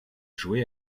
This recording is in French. jouait